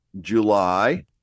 july